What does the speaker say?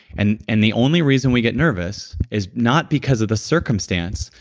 and and the only reason we get nervous is not because of the circumstance,